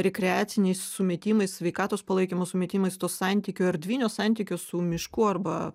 rekreaciniais sumetimais sveikatos palaikymo sumetimais to santykio erdvinio santykio su mišku arba